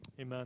amen